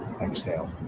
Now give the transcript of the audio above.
exhale